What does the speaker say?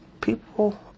people